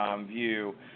view